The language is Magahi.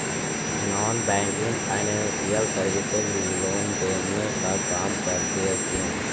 Non banking financial services loan देने का काम करती है क्यू?